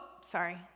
sorry